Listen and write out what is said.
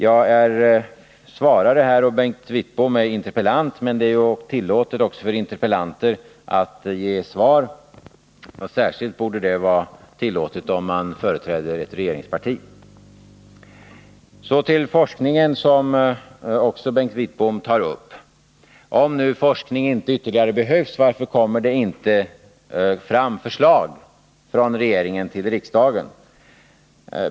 Jag är svarare i den här debatten, och Bengt Wittbom är interpellant. Det är emellertid tillåtet också för interpellanter att ge svar, och särskilt borde det vara tillåtet om man företräder ett regeringsparti. Så till forskningen, som Bengt Wittbom också tar upp. Om nu ytterligare forskning inte behövs, varför kommer det då inte förslag från regeringen till riksdagen?